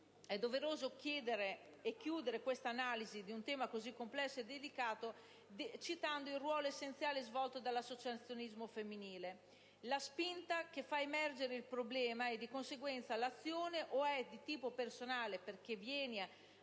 è doveroso chiudere l'analisi di un tema così complesso e delicato citando il ruolo essenziale svolto dall'associazionismo femminile: la spinta che fa emergere il problema, e di conseguenza l'azione, o è di tipo personale perché viene